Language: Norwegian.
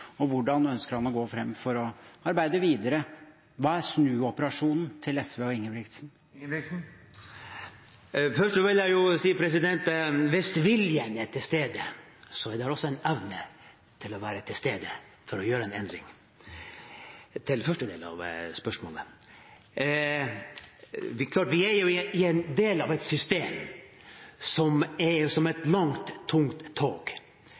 og hvordan ønsker han å gå fram for å arbeide videre? Hva er snuoperasjonen til SV og Ingebrigtsen? Til den første delen av spørsmålet vil jeg si at hvis viljen er til stede, er det også en evne til å være til stede for å gjøre en endring. Vi er en del av et system som er som et langt, tungt tog, og vi vet at det er